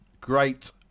great